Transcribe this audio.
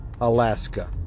Alaska